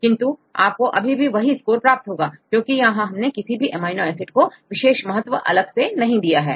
किंतु आपको अभी भी स्कोर वही प्राप्त होगा क्योंकि यहां किसी भी एमिनो एसिड को विशेष महत्व अलग से नहीं दिया गया है